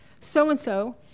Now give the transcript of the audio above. so-and-so